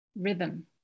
rhythm